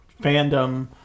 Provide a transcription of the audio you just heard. fandom